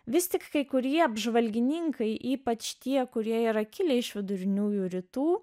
vis tik kai kurie apžvalgininkai ypač tie kurie yra kilę iš viduriniųjų rytų